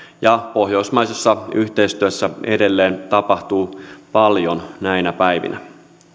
ja pohjoismaisessa yhteistyössä edelleen tapahtuu paljon näinä päivinä